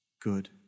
good